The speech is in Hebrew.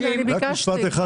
ביקשתי.